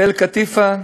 תל-קטיפא,